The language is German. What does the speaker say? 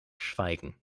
schweigen